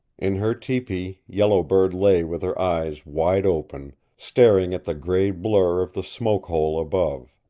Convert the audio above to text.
in her tepee yellow bird lay with her eyes wide open, staring at the gray blur of the smoke hole above.